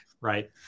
right